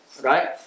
Right